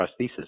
prosthesis